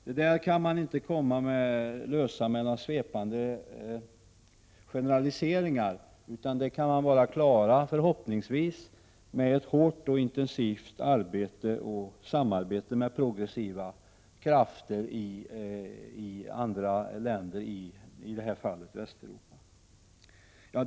Dessa frågor kan man inte lösa med svävande generaliseringar, utan dem kan man klara, förhoppningsvis, med ett hårt och intensivt arbete och samarbete med progressiva krafter i andra länder, i det här fallet med länder i Västeuropa.